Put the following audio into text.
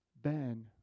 Ben